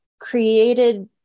created